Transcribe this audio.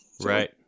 Right